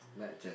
Mad Jack